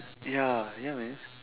ya ya man